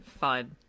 fun